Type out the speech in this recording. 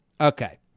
Okay